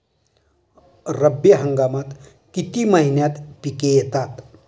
रब्बी हंगामात किती महिन्यांत पिके येतात?